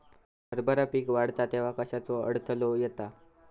हरभरा पीक वाढता तेव्हा कश्याचो अडथलो येता?